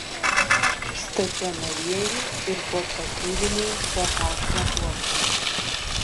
stacionarieji ir portatyviniai ph matuokliai